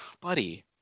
Buddy